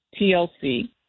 TLC